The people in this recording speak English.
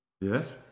Yes